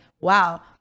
wow